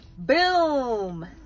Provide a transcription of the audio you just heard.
Boom